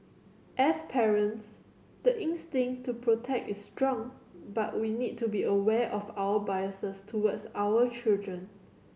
as parents the instinct to protect is strong but we need to be aware of our biases towards our children